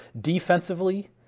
Defensively